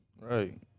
Right